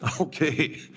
okay